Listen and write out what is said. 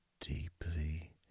deeply